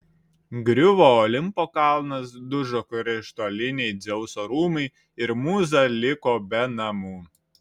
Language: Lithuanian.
griuvo olimpo kalnas dužo krištoliniai dzeuso rūmai ir mūza liko be namų